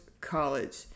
College